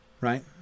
right